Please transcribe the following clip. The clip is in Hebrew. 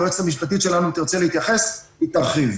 היועצת המשפטית שלנו תרצה להתייחס היא תרחיב.